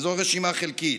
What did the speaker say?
וזו רשימה חלקית.